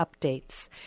updates